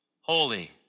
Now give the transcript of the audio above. holy